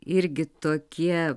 irgi tokie